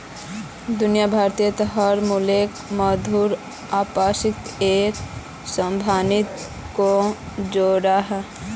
दुनिया भारोत हर मुल्केर मुद्रा अपासोत एक सम्बन्ध को जोड़ोह